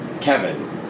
Kevin